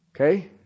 Okay